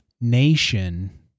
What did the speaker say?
nation